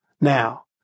now